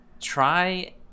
try